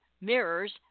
mirrors